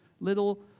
Little